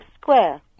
Square